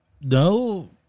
no